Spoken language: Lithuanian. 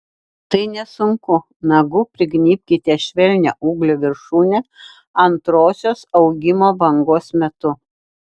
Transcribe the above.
tai nesunku nagu prignybkite švelnią ūglio viršūnę antrosios augimo bangos metu